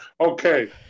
okay